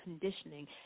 conditioning